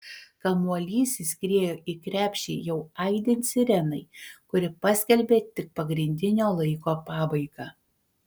kamuolys įskriejo į krepšį jau aidint sirenai kuri paskelbė tik pagrindinio laiko pabaigą